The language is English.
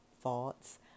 thoughts